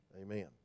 Amen